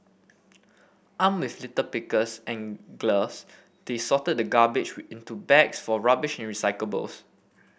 armed with litter pickers and gloves they sorted the garbage into bags for rubbish and recyclables